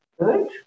Good